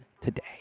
today